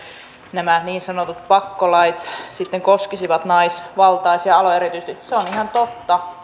nämä niin sanotut pakkolait sitten koskisivat naisvaltaisia aloja erityisesti se on ihan totta